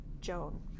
Joan